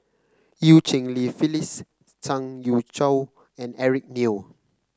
Eu Cheng Li Phyllis Zhang Youshuo and Eric Neo